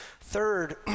Third